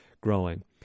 growing